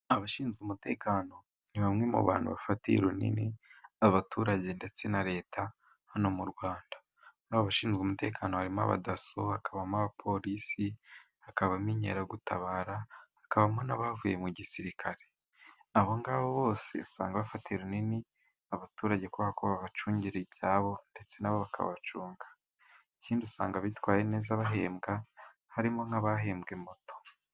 Abashinzwe umutekano ni bamwe mu bantu bafatiye runini abaturage ndetse na Leta hano mu Rwanda. Muri abo bashinzwe umutekano harimo abadaso, hakabamo abapolisi, hakabamo inkeragutabara, hakabamo n'abavuye mu gisirikare. Abo ngabo bose usanga bafatira runini abaturage kuko babacungira ibyabo ndetse nabo bakabacunga ikindi usanga bitwaye neza bahembwa harimo nk'abahembwe moto.